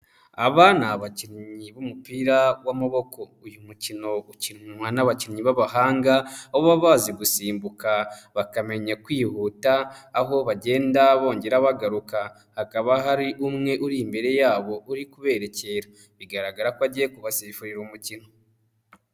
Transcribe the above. Aba ni abakinnyi b'umupira w'amaboko, uyu mukino ukinwa n'abakinnyi b'abahanga baba bazi gusimbuka, bakamenya kwihuta aho bagenda bongera bagaruka, hakaba hari umwe uri imbere yabo uri kuberekera bigaragara ko agiye kubasifurira umukino.